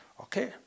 Okay